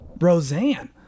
Roseanne